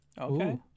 Okay